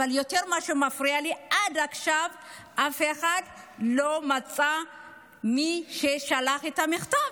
אבל מה שיותר שמפריע לי הוא שעד עכשיו אף אחד לא מצא מי שלח את המכתב.